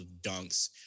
dunks